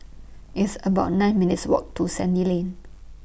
It's about nine minutes' Walk to Sandy Lane